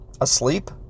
asleep